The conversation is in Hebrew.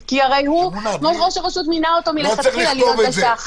כי הרי ראש הרשות מינה אותו מלכתחילה להיות אחראי.